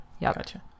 Gotcha